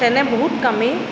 এনে বহুত কামেই